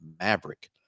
Maverick